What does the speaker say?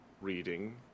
reading